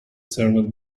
served